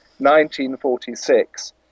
1946